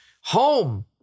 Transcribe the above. home